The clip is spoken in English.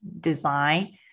design